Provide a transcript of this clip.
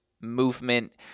movement